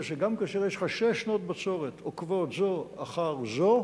זה שגם כאשר יש לך שש שנות בצורת עוקבות זו אחר זו,